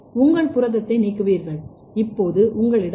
உங்கள் புரதத்தை நீக்குவீர்கள் இப்போது உங்களிடம் டி